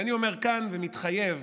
ואני אומר כאן ומתחייב